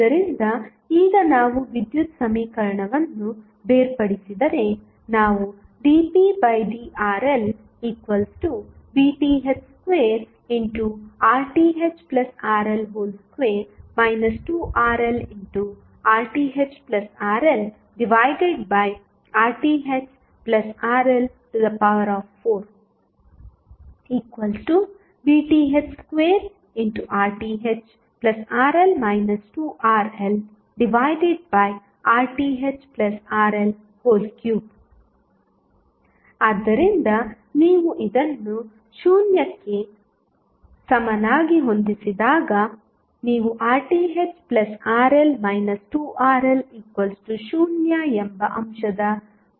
ಆದ್ದರಿಂದ ಈಗ ನಾವು ವಿದ್ಯುತ್ ಸಮೀಕರಣವನ್ನು ಬೇರ್ಪಡಿಸಿದರೆ ನಾವು dpdRLVTh2RThRL2 2RLRThRLRThRL4 VTh2RThRL 2RLRThRL3 ಆದ್ದರಿಂದ ನೀವು ಇದನ್ನು 0 ಕ್ಕೆ ಸಮನಾಗಿ ಹೊಂದಿಸಿದಾಗ ನೀವು RThRL 2RL 0 ಎಂಬ ಅಂಶದ ಪದಗಳನ್ನು ಪಡೆಯುತ್ತೀರಿ